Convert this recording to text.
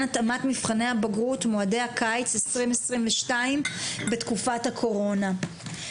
התאמת מבחני הבגרות מועדי הקיץ 2022 בתקופת הקורונה.